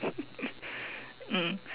mm